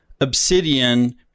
obsidian